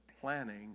planning